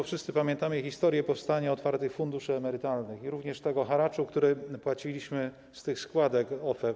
Wszyscy pamiętamy historię powstania otwartych funduszy emerytalnych i tego haraczu, który płaciliśmy ze składek OFE.